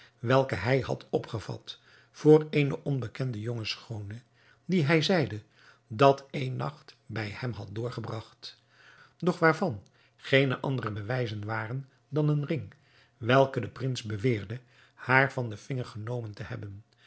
welke hij had opgevat voor eene onbekende jonge schoone die hij zeide dat een nacht bij hem had doorgebragt doch waarvan geene andere bewijzen waren dan een ring welken de prins beweerde haar van den vinger genomen te hebben